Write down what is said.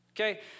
Okay